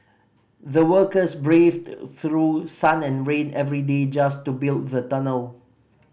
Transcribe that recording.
the workers braved through sun and rain every day just to build the tunnel